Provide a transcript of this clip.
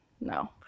no